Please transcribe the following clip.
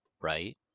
right